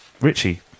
Richie